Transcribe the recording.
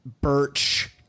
birch